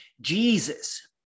Jesus